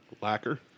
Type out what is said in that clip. lacquer